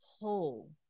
whole